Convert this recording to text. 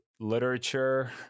literature